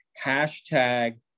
hashtag